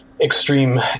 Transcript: extreme